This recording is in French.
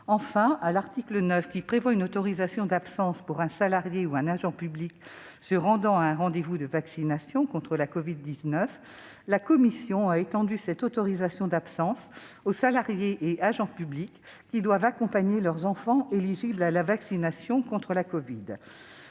Enfin, l'article 9 prévoit une autorisation d'absence pour un salarié ou un agent public qui se rend à un rendez-vous de vaccination contre la covid-19. La commission a étendu cette autorisation d'absence aux salariés et agents publics qui doivent accompagner leurs enfants éligibles à la vaccination. Tel est